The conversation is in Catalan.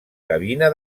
cabina